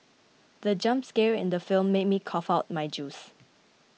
the jump scare in the film made me cough out my juice